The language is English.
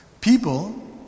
People